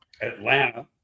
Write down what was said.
Atlanta